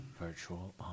Virtual